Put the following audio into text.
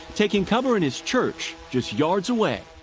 taking cover in his church, just yards away.